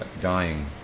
dying